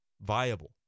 viable